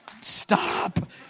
stop